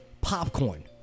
popcorn